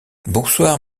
bonsoir